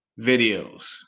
videos